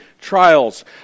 trials